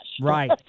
Right